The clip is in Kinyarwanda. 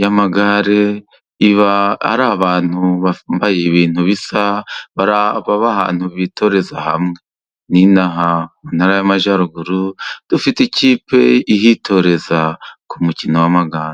y'amagare iba ari abantu bambaye ibintu bisa, baba ahantu bitoreza hamwe. N;ino aha mu ntara y'Amajyaruguru, dufite ikipe ihitoreza, ku mukino w'amagare.